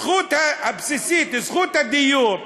זכות הדיור,